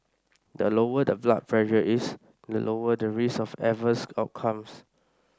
the lower the blood pressure is the lower the risk of adverse outcomes